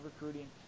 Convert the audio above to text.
recruiting